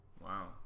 wow